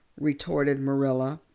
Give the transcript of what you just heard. retorted marilla.